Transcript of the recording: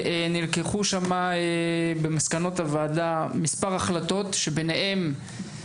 נלקחו במסקנות הוועדה מספר החלטות שביניהן,